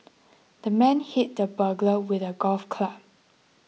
the man hit the burglar with a golf club